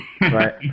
right